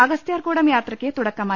അഗസ്ത്യാർകൂടം യാത്രയ്ക്ക് തുടക്കമായി